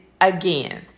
again